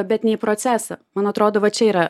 bet ne į procesą man atrodo va čia yra